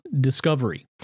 discovery